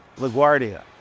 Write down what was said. LaGuardia